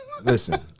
listen